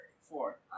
Four